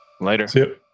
Later